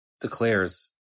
declares